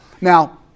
Now